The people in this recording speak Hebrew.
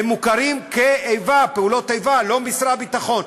הם מוכרים כנפגעי פעולות איבה, לא משרד הביטחון.